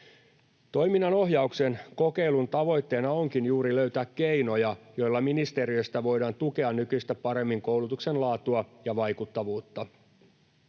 Toiminnanohjauksen kokeilun tavoitteena onkin juuri löytää keinoja, joilla ministeriöstä voidaan tukea nykyistä paremmin koulutuksen laatua ja vaikuttavuutta.